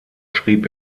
schrieb